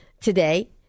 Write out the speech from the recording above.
today